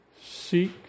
seek